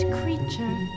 creature